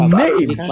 name